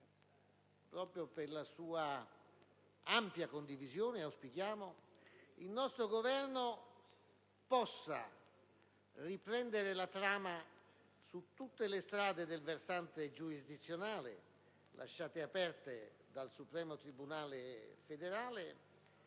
condivisa, auspichiamo che il nostro Governo possa riprendere la trama su tutte le strade del versante giurisdizionale lasciate aperte dal Supremo tribunale federale,